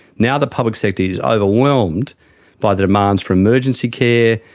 now the public sector is overwhelmed by the demands for emergency care,